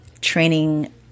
training